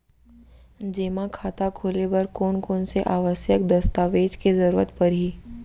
जेमा खाता खोले बर कोन कोन से आवश्यक दस्तावेज के जरूरत परही?